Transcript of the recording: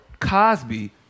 Cosby